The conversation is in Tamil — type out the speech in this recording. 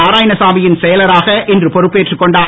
நாராயணசாமி யின் செயலராக இன்று பொறுப்பேற்றுக் கொண்டார்